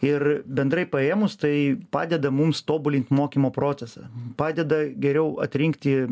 ir bendrai paėmus tai padeda mums tobulint mokymo procesą padeda geriau atrinkti